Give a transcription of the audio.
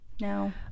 No